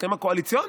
בהסכם הקואליציוני.